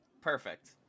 Perfect